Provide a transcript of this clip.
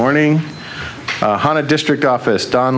morning on a district office don